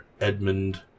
Edmund